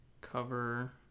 cover